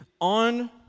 on